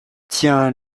tiens